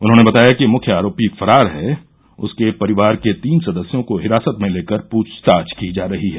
उन्होंने बताया कि मुख्य आरोपी फरार है उसके परिवार के तीन सदस्यो को हिरासत में लेकर पूछताछ की जा रही है